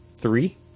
three